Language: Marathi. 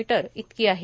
मी इतकी आहे